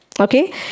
okay